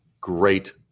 great